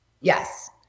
Yes